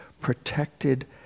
protected